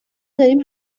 داریم